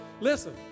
Listen